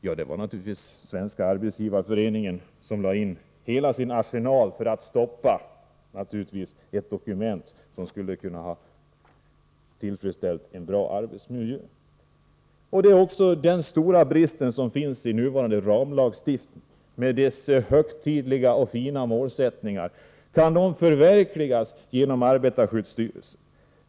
Ja, det gjorde naturligtvis Svenska arbetsgivareföreningen, som lade in hela sin arsenal för att stoppa ett dokument som skulle ha kunnat tillfredsställa kraven på en bra arbetsmiljö. Stora brister finns också i den nuvarande ramlagstiftningen med dess högtidliga och fina målsättning. Kan den förverkligas genom arbetarskyddsstyrelsen?